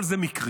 אבל זה מקרי,